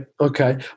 Okay